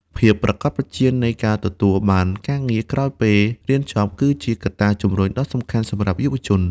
ភាពប្រាកដប្រជានៃការទទួលបានការងារក្រោយពេលរៀនចប់ គឺជាកត្តាជំរុញដ៏សំខាន់សម្រាប់យុវជន។